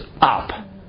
up